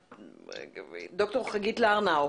דוקטור חגית לרנאו.